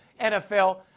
NFL